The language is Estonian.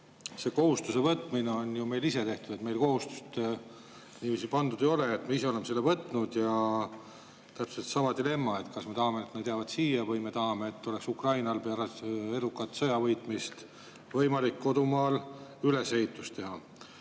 see kohustuse võtmine on ju meil ise tehtud, et meile kohustust niiviisi pandud ei ole, me ise oleme selle võtnud. Täpselt sama dilemma: kas me tahame, et nad jäävad siia, või me tahame, et Ukrainal oleks pärast edukat sõja võitmist võimalik kodumaad üles ehitada. Aga